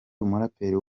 umuraperi